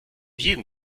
jedem